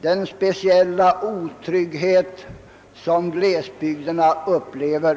den speciella otrygghet som glesbygden upplever.